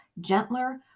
gentler